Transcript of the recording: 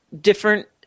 different